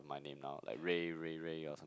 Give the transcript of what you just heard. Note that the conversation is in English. my name now like Ray Ray Ray or something